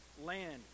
land